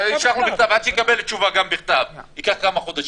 ועד שיקבל תשובה בכתב ייקח כמה חודשים.